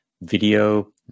video